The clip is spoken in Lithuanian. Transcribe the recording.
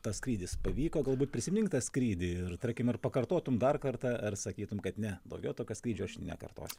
tas skrydis pavyko galbūt prisimink tą skrydį ir tarkim ar pakartotum dar kartą ar sakytum kad ne daugiau tokio skrydžio aš nekartosiu